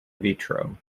vitro